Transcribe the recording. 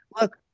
look